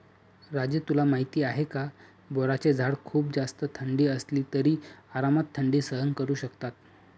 राजू तुला माहिती आहे का? बोराचे झाड खूप जास्त थंडी असली तरी आरामात थंडी सहन करू शकतात